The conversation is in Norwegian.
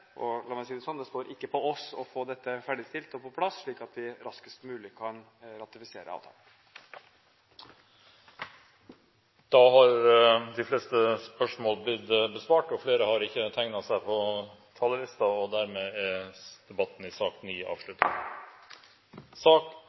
og la meg si det sånn: Det står ikke på oss å få dette ferdigstilt og på plass slik at vi raskest mulig kan ratifisere avtalen. Flere har ikke bedt om ordet til sak nr. 9. Etter ønske fra næringskomiteen vil presidenten foreslå at taletiden begrenses til 40 minutter og